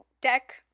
deck